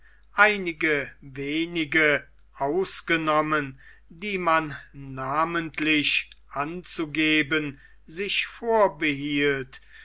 einige wenige ausgenommen die man namentlich anzugeben sich vorbehielt